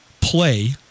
play